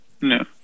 No